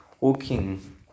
walking